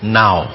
now